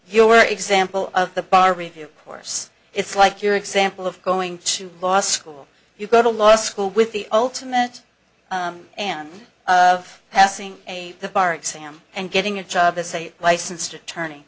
your example of the bar review course it's like your example of going to law school you go to law school with the ultimate and of passing the bar exam and getting a job as a licensed attorney